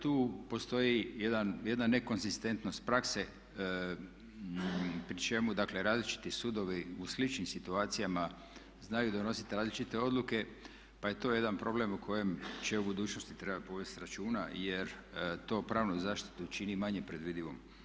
Tu postoji jedna nekonzistentnost prakse pri čemu dakle različiti sudovi u sličnim situacijama znaju donositi različite odluke pa je to jedan problem o kojem će u budućnosti trebati povesti računa jer to pravnu zaštitu čini manje predvidivom.